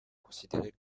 considérée